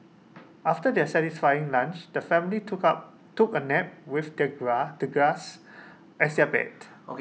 after their satisfying lunch the family took out took A nap with the the grass as their bed